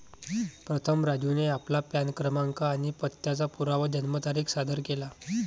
प्रथम राजूने आपला पॅन क्रमांक आणि पत्त्याचा पुरावा जन्मतारीख सादर केला